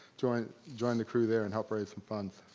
join join the crew there and help raise some funds.